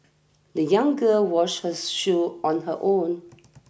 the young girl washed her shoes on her own